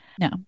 No